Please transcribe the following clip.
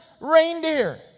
reindeer